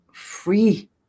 free